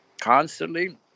constantly